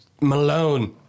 Malone